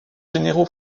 généraux